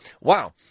wow